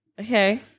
Okay